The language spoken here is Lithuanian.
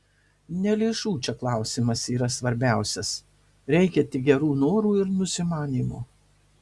ne lėšų čia klausimas yra svarbiausias reikia tik gerų norų ir nusimanymo